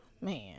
man